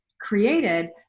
created